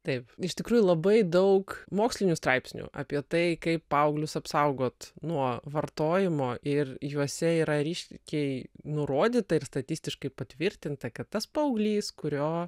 taip iš tikrųjų labai daug mokslinių straipsnių apie tai kaip paauglius apsaugot nuo vartojimo ir juose yra ryškiai nurodyta ir statistiškai patvirtinta kad tas paauglys kurio